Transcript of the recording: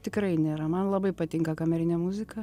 tikrai nėra man labai patinka kamerinė muzika